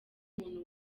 muntu